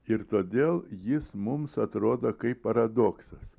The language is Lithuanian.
ir todėl jis mums atrodo kaip paradoksas